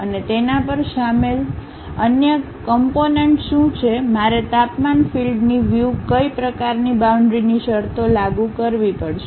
અને તેના પર શામેલ અન્ય કમ્પોનન્ટ શું છે મારે તાપમાન ફીલ્ડની વ્યૂ કઈ પ્રકારની બાઉન્ડ્રીની શરતો લાગુ કરવી પડશે